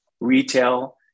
retail